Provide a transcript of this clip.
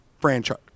franchise